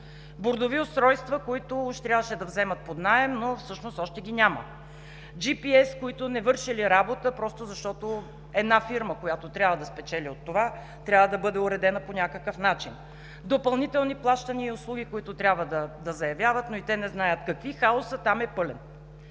бордови устройства, които уж трябваше да вземат под наем, но всъщност още ги няма; GPS-и, които не вършели работа, защото една фирма, която трябва да спечели от това, трябва да бъде уредена по някакъв начин; допълнителни плащания и услуги, които ще трябва да заявяват, но и те не знаят какви. Хаосът е пълен.